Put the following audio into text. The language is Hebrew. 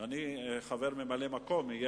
אני חבר ממלא-מקום בוועדה,